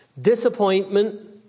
Disappointment